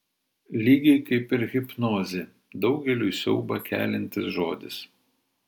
lygiai kaip ir hipnozė daugeliui siaubą keliantis žodis